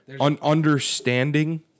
understanding